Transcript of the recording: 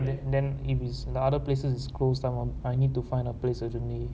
then then if it's the other places is closed down I need to find a place to எதுமே